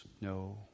no